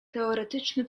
teoretyczny